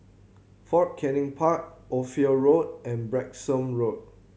Fort Canning Park Ophir Road and Branksome Road